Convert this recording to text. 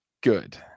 good